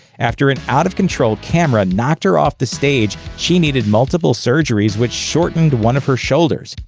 after an out-of-control camera knocked her off the stage, she needed multiple surgeries which shortened one of her shoulders.